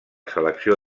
selecció